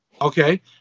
Okay